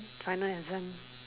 final exam